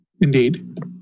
Indeed